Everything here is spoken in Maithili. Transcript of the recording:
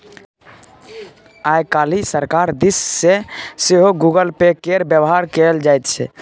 आय काल्हि सरकार दिस सँ सेहो गूगल पे केर बेबहार कएल जाइत छै